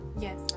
Yes